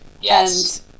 yes